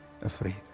afraid